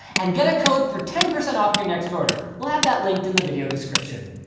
and get a coat for ten percent off your next order we'll have that linked in the video description